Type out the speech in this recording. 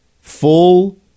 full